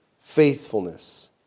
faithfulness